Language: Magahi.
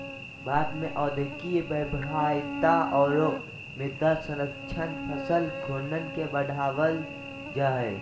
भारत में और्थिक व्यवहार्यता औरो मृदा संरक्षण फसल घूर्णन के बढ़ाबल जा हइ